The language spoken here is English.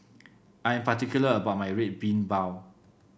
I'm particular about my Red Bean Bao